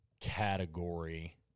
Category